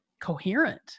coherent